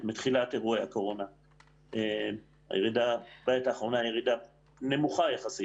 מתחילת אירועי הקורונה - הירידה בעת האחרונה נמוכה יחסית